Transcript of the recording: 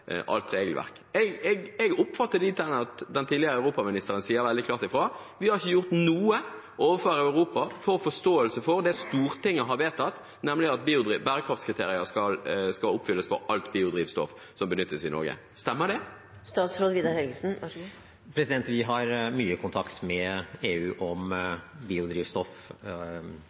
alt regelverk? Jeg oppfatter det dit hen at den tidligere europaministeren sier veldig klart: Vi har ikke gjort noe overfor Europa for å få forståelse for det Stortinget har vedtatt, nemlig at bærekraftskriteriet skal oppfylles for alt biodrivstoff som benyttes i Norge. Stemmer det? Vi har mye kontakt med EU om biodrivstoff og har bl.a. i fjor hatt flere runder rundt transportsektoren og klimamålene, der biodrivstoff